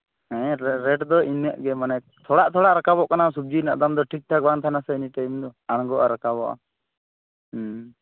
ᱦᱮᱸ ᱨᱮᱴ ᱫᱚ ᱤᱱᱟᱹᱜ ᱜᱮ ᱢᱟᱱᱮ ᱛᱷᱚᱲᱟ ᱛᱷᱚᱲᱟ ᱨᱟᱠᱟᱵᱚᱜ ᱠᱟᱱᱟ ᱥᱚᱵᱡᱤ ᱨᱮᱱᱟᱜ ᱫᱟᱢ ᱫᱚ ᱴᱷᱤᱠᱼᱴᱷᱟᱠ ᱵᱟᱝ ᱛᱟᱦᱮᱱᱟ ᱥᱮ ᱮᱱᱤᱴᱟᱭᱤᱢ ᱫᱚ ᱟᱬᱜᱚᱜᱼᱟ ᱨᱟᱠᱟᱵᱚᱜᱼᱟ ᱦᱩᱸ